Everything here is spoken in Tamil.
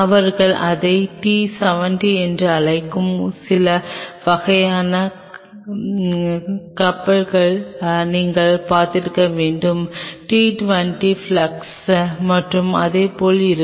அவர்கள் அதை T 70 என்று அழைக்கும் சில வகையான கப்பல்களை நீங்கள் பார்த்திருக்க வேண்டும் T 20 ஃப்ளக்ஸ் மற்றும் இதேபோல் இருக்கும்